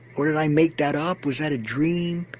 or did i make that up, was that a dream?